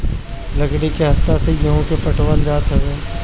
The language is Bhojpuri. लकड़ी के हत्था से गेंहू के पटावल जात हवे